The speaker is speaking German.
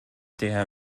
der